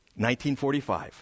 1945